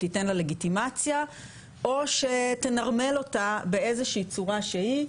תיתן לה לגיטימציה או שתנרמל אותה באיזושהי צורה שהיא.